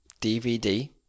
DVD